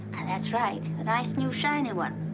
that's right. a nice, new, shiny one.